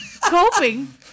Coping